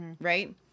right